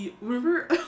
Remember